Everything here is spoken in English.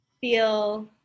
feel